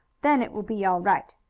then it will be all right.